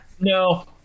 no